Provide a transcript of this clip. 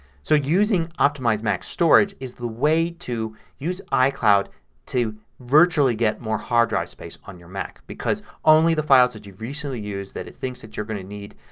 so using optimize mac storage is the way to use icloud to virtually get more hard drive space on your mac because only the files that you recently used, that it thinks you're going to need,